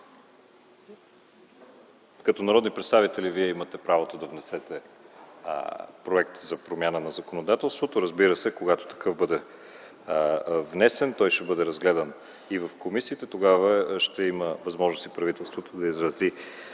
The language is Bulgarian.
Като народни представители вие имате право да внесете проект за промяна на законодателството. Разбира се, когато такъв бъде внесен, той ще бъде разгледан и в комисията. Тогава ще има възможност и правителството да изрази